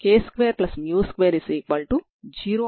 ఇదే నా మొదటి సమీకరణం